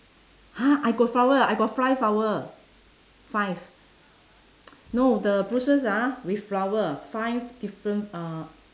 !huh! I got flower eh I got five flower five no the bushes ah with flower five different uh